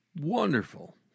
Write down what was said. Wonderful